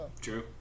True